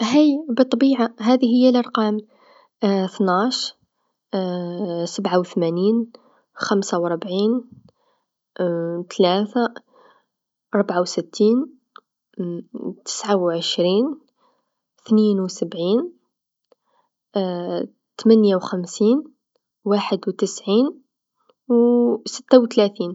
هاي بالطبيعه هاذي هي اللرقام أثناش، سبعا و ثمانين، خمسا و ربعين تلاثا، ربعا و ستين تسعا و عشرين، إثنين و سبعين تمنيا و خمسين، واحد و تسعين و ستا و ثلاثين.